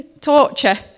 torture